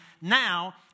Now